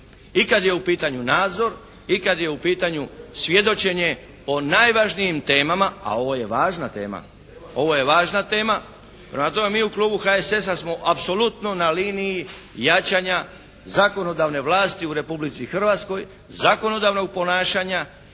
i kad je u pitanju nadzor, i kad je u pitanju svjedočenje o najvažnijim temama a ovo je važna tema. Prema tome, mi u klubu HSS-a smo apsolutno na liniji jačanja zakonodavne vlasti u Republici Hrvatskoj, zakonodavnog ponašanja